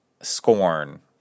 Scorn